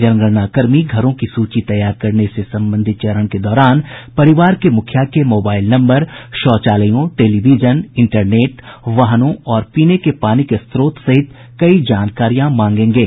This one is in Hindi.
जनगणना कर्मी घरों की सूची तैयार करने से संबंधित चरण के दौरान परिवार के मुखिया के मोबाइल नम्बर शौचालयों टेलिविजन इंटरनेट वाहनों और पीने के पानी के स्रोत सहित कई जानकारी मागेंगे